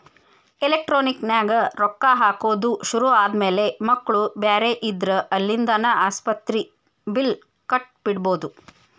electronic ನ್ಯಾಗ ರೊಕ್ಕಾ ಹಾಕೊದ್ ಶುರು ಆದ್ಮ್ಯಾಲೆ ಮಕ್ಳು ಬ್ಯಾರೆ ಇದ್ರ ಅಲ್ಲಿಂದಾನ ಆಸ್ಪತ್ರಿ ಬಿಲ್ಲ್ ಕಟ ಬಿಡ್ಬೊದ್